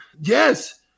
Yes